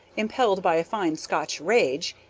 impelled by a fine scotch rage,